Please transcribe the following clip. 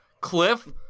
cliff